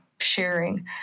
sharing